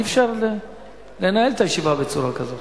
אי-אפשר לנהל את הישיבה בצורה כזאת.